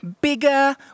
bigger